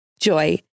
Joy